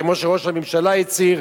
כמו שראש הממשלה הצהיר,